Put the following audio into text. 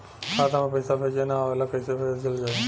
खाता में पईसा भेजे ना आवेला कईसे भेजल जाई?